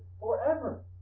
forever